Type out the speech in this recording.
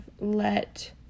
let